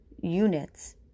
units